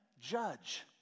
judge